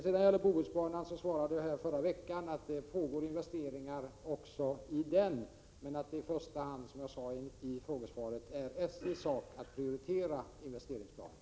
När det gäller Bohusbanan svarade jag på en fråga i förra veckan att det görs investeringar även där men att det i första hand, som jag sade i svaret, är SJ:s sak att prioritera investeringsplanerna.